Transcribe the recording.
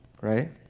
right